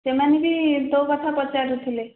ସେମାନେ ବି ତୋ କଥା ପଚାରୁଥିଲେ